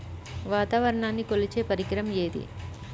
వాతావరణాన్ని కొలిచే పరికరం ఏది?